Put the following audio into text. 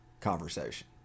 conversation